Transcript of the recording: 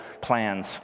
plans